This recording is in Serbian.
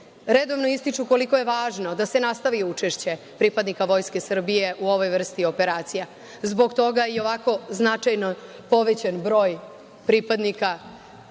redovno ističu koliko je važno da se nastavi učešće pripadnika Vojske Srbije u ovoj vrsti operacija. Zbog toga je i ovako značajno povećan broj pripadnika